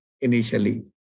initially